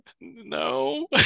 No